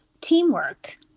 teamwork